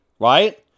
right